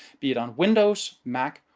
be it on windows, mac,